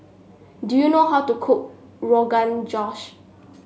do you know how to cook Rogan Josh